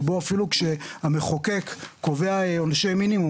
שבו אפילו המחוקק קובע עונשי מינימום,